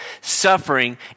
suffering